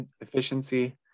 efficiency